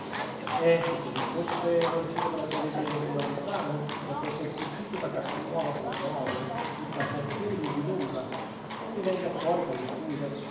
eh se così fosse non ci dovrebbe vedere nulla di strano dopo essere fuggito da castelnuovo a quel modo senza avvertirmi di nulla non mi venga fuori con le scuse